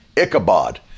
Ichabod